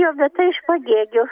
jovita iš pagėgių